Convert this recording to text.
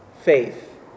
faith